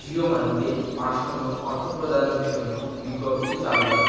জিও মানিতে আসন্ন অর্থপ্রদানের জন্য বিজ্ঞপ্তি চালু কর